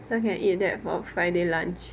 so I can eat that for friday lunch